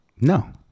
No